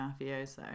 mafioso